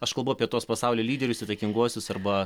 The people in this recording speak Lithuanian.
aš kalbu apie tuos pasaulio lyderius įtakinguosius arba